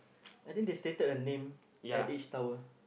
I think they stated a name at each tower